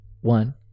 one